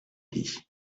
dit